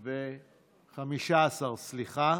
הצבעה.